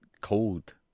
cold